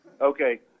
okay